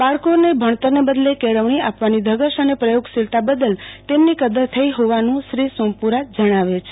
બાળકોને ભણતરને બદલે કેળવણી આપવાની ધગશ અને પ્રયોગશીલતા બદલ તેમની કદર થઈ હોવાનું શ્રી સોમપુરા જણાવે છે